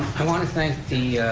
i want to thank the